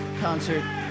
concert